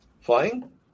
Flying